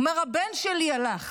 הוא אומר: הבן שלי הלך.